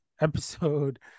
episode